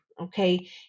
okay